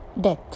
death